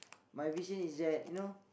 my vision is that you know